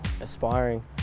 aspiring